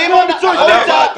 שמעון, החוצה.